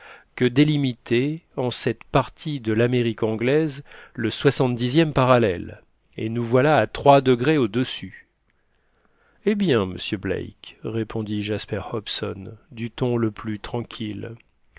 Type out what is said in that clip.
que délimitait en cette partie de l'amérique anglaise le soixantedixième parallèle et nous voilà à trois degrés au-dessus eh bien monsieur black répondit jasper hobson du ton le plus tranquille